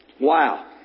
Wow